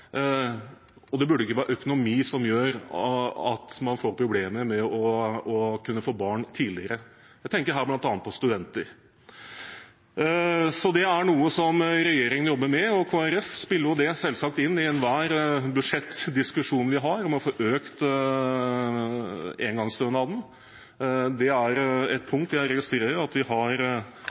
og det burde ikke være økonomi som gjør at man får problemer med å kunne få barn tidligere. Jeg tenker her bl.a. på studenter. Det er noe som regjeringen jobber med, og Kristelig Folkeparti spiller det selvsagt inn i enhver budsjettdiskusjon vi har om å få økt engangsstønaden. Det er et punkt der jeg registrerer at vi har